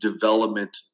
development